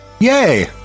Yay